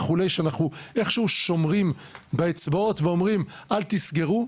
איך שאנחנו שומרים באצבעות ואומרים אל תסגרו,